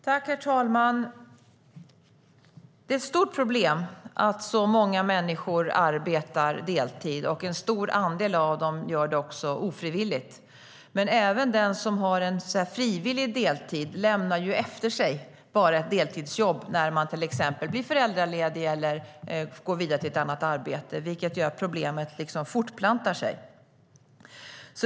Herr talman! Det är ett stort problem att så många människor arbetar deltid och att en stor andel av dem också gör det ofrivilligt. Men även om man har frivillig deltid lämnar man endast ett deltidsjobb efter sig när man till exempel blir föräldraledig eller går vidare till ett annat arbete, vilket gör att problemet liksom fortplantar sig.